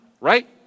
right